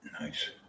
Nice